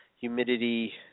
humidity